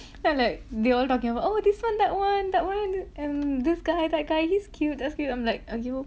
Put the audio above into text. then I'm like they all talking about oh this one that one that one um this guy that guy he's cute that's cute I'm like !aiyo!